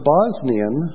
Bosnian